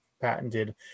patented